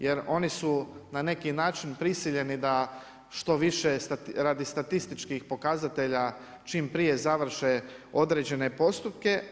Jer oni su na neki način prisiljeni da što više radi statističkih pokazatelja čim prije završe određene postupke.